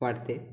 वाटते